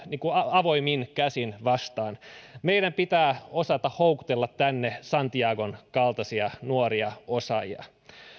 avoimin käsin vastaan meidän pitää osata houkutella tänne santiagon kaltaisia nuoria osaajia